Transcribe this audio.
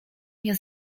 nie